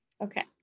Okay